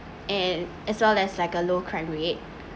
and as long as like a low crime rate